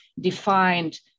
defined